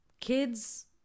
kids